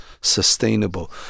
sustainable